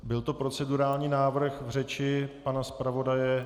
Byl to procedurální návrh v řeči pana zpravodaje...